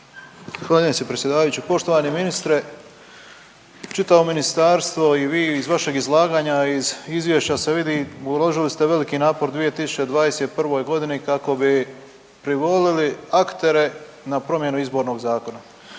Zahvaljujem se predsjedavajući. Poštovani ministre. Čitavo ministarstvo i vi iz vašeg izlaganja iz izvješća se vidi uložili ste veliki napor u 2021.g. kako bi privolili aktere na promjenu izbornog zakona.